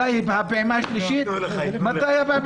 מתי הפעימה השלישית ומתי הפעימה הרביעית.